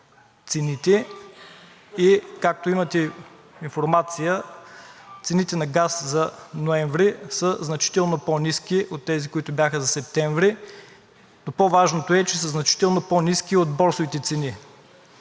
цените за газ за ноември са значително по-ниски от тези, които бяха за септември, но по-важното е, че са значително по-ниски от борсовите цени,